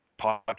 podcast